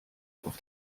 auf